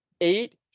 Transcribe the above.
Eight